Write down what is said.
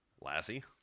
Lassie